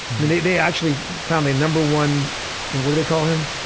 and they they actually found the number one and what do they call him?